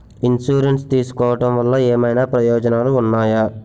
Insurance తీసుకోవటం వల్ల ఏమైనా ప్రయోజనాలు ఉన్నాయా?